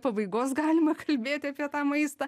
pabaigos galima kalbėti apie tą maistą